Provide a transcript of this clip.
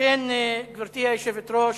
לכן, גברתי היושבת-ראש,